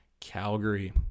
calgary